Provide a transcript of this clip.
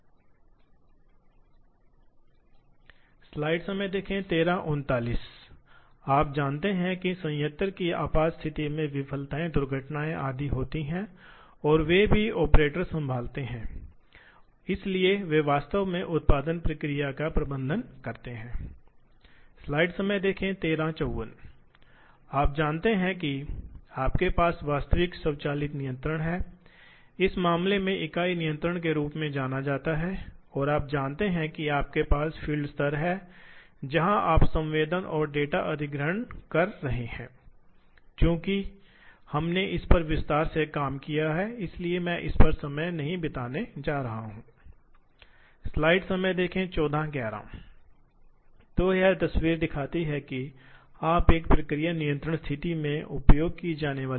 इसलिए यदि आपके पास कोई कंप्यूटर नहीं है तो आपके पास एक पेपर पंच कार्ड रीडर हो सकता है वे हैं आप साधारण जानते हैं वे सीएनसी मशीनों के शुरुआती संस्करण थे इसलिए यदि आपके पास भी है तो आपके पास एक है आपके पास पेपर टेप को जान लें जो कि एक पेपर टेप रीडर है और उस रीडर को मोशन क्रिएट करना है इसलिए भले ही कोई स्पष्ट इलेक्ट्रॉनिक कंप्यूटर न हो यहां भी पेपर टेप में आपको कुछ न्यूमेरिक डेटा होता है जो छिद्रित होता है और उस संख्यात्मक डेटा के अनुसार मशीन नियंत्रण था यही कारण है कि इसे संख्यात्मक नियंत्रण कहा जाता है